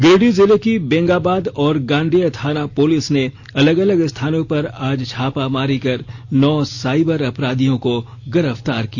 गिरिडीह जिले की बेंगाबाद और गांडेय थाना पुलिस ने अलग अलग स्थानों पर आज छापेमारी कर नौ साइबर अपराधियों को गिरफ्तार किया